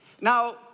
Now